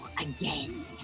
again